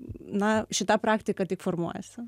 na šita praktika tik formuojasi